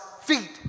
feet